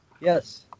Yes